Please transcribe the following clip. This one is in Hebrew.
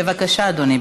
בבקשה, אדוני.